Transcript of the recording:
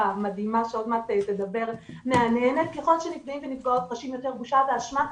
המדהימה שעוד מעט תדבר מהנהנת ככל שנפגעים ונפגעות חשים יותר בושה ואשמה,